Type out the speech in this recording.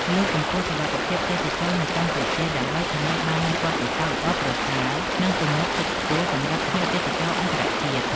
លើកកម្ពស់ សុវត្ថិភាពទេសចរណ៍នៅកម្ពុជា ដើម្បីធានាបាននូវបទពិសោធន៍ល្អប្រសើរ និងទំនុកចិត្តខ្ពស់សម្រាប់ភ្ញៀវទេសចរអន្តរជាតិ។